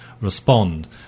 respond